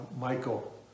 Michael